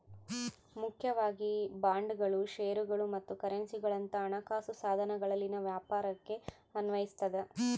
ಮುಖ್ಯವಾಗಿ ಬಾಂಡ್ಗಳು ಷೇರುಗಳು ಮತ್ತು ಕರೆನ್ಸಿಗುಳಂತ ಹಣಕಾಸು ಸಾಧನಗಳಲ್ಲಿನ ವ್ಯಾಪಾರಕ್ಕೆ ಅನ್ವಯಿಸತದ